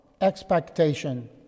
expectation